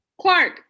Clark